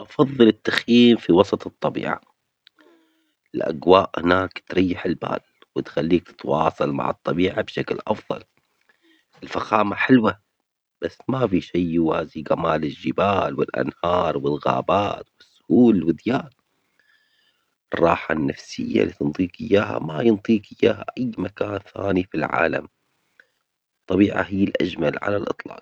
هل تفضل قضاء ليلة واحدة بفندق فخم أم التخييم في وسط الطبيعة الخلابة؟ ولماذا؟